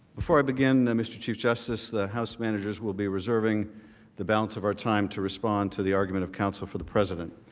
before i begin, mr. chief justice, house managers will be reserving the balance of our time to respond to the argument of counsel for the president.